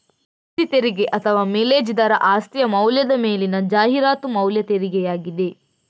ಆಸ್ತಿ ತೆರಿಗೆ ಅಥವಾ ಮಿಲೇಜ್ ದರ ಆಸ್ತಿಯ ಮೌಲ್ಯದ ಮೇಲಿನ ಜಾಹೀರಾತು ಮೌಲ್ಯ ತೆರಿಗೆಯಾಗಿದೆ